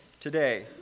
today